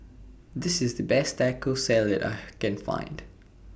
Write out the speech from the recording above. This IS The Best Taco Salad that I Can Find